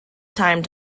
time